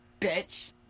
bitch